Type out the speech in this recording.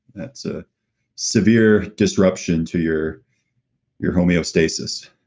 that's a severe disruption to your your homeostasis.